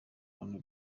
abantu